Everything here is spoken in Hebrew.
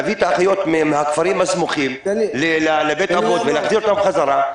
להביא את האחיות מהכפרים הסמוכים לבית אבות ולהחזיר אותם חזרה,